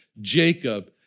Jacob